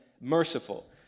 merciful